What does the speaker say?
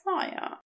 fire